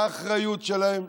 האחריות שלהם.